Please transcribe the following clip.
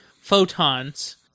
photons